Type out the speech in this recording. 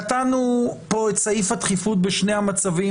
נתנו פה את סעיף הדחיפות בשני המצבים,